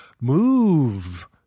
move